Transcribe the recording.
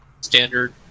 standard